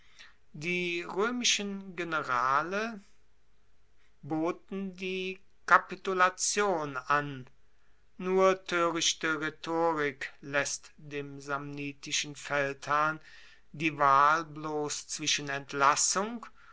die roemischen generale boten die kapitulation an nur toerichte rhetorik laesst dem samnitischen feldherrn die wahl bloss zwischen entlassung